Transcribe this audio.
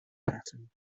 pattern